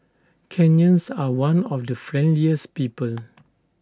Kenyans are one of the friendliest people